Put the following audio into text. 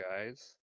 guys